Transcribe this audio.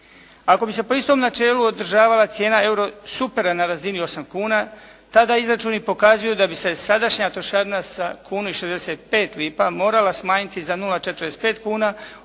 Ako bi se po istom načelu održavala cijena eurosupera na razini 8 kuna, tada izračuni pokazuju da bi se sadašnja trošarina sa 1,65 lipa morala smanjiti za 0,45 kuna odnosno